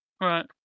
Right